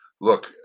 look